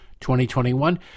2021